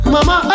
Mama